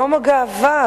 יום הגאווה,